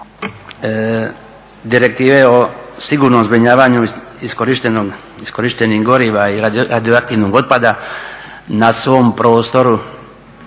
Direktive o sigurnom zbrinjavanju iskorištenih goriva i radioaktivnog otpada na svom prostoru